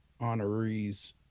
honorees